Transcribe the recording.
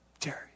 Jerry